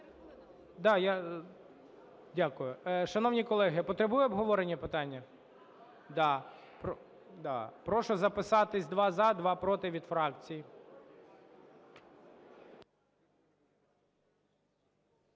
дякую. Шановні колеги, потребує обговорення питання? Да. Прошу записатись: два – за, два – проти від фракцій.